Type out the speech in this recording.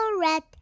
Red